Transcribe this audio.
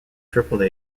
triple